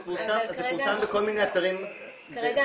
זה פורסם בכל מיני אתרים קהילתיים,